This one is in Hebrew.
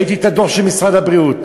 ראיתי את הדוח של משרד הבריאות.